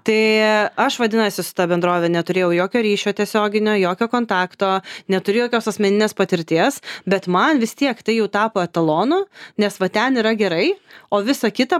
tai aš vadinasi su ta bendrove neturėjau jokio ryšio tiesioginio jokio kontakto neturiu jokios asmeninės patirties bet man vis tiek tai jau tapo etalonu nes va ten yra gerai o visa kita